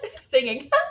singing